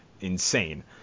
Insane